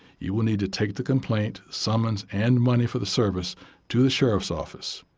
you will need to take the complaint, summons, and money for the service to the sheriff's office.